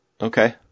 Okay